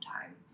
time